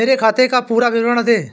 मेरे खाते का पुरा विवरण दे?